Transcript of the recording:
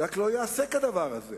אלא שלא ייעשה כדבר הזה.